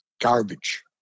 Garbage